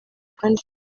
kandi